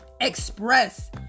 express